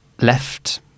left